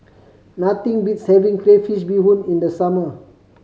nothing beats having crayfish beehoon in the summer